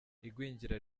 igwingira